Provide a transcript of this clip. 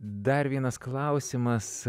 dar vienas klausimas